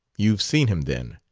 you've seen him then.